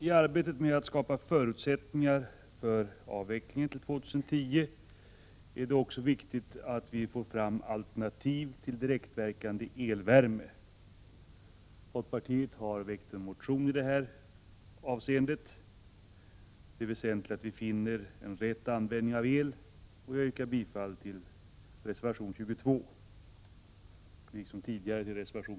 I arbetet med att skapa förutsättningar för avvecklingen till 2010 är det också viktigt att vi får fram alternativ till direktverkande elvärme. Folkpartiet har väckt en motion i det avseendet. Det är väsentligt att vi finner en rätt användning för el. Jag yrkar bifall till reservation 22.